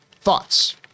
thoughts